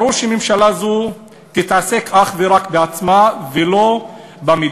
ברור שממשלה זו תתעסק אך ורק בעצמה, ולא במדינה.